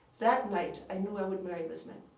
that night, i knew i would marry this man.